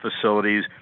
facilities